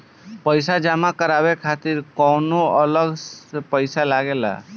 पईसा जमा करवाये खातिर कौनो अलग से पईसा लगेला?